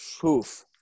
poof